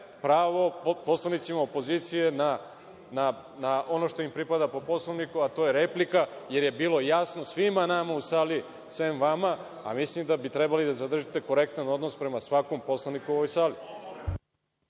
pravo poslanicima opozicije na ono što im pripada po Poslovniku, a to je replika, jer je bilo jasno svima nama u sali, sem vama, a mislim da bi trebali da zadržite korektan odnos prema svakom poslaniku u ovoj sali.